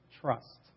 trust